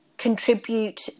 contribute